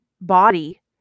body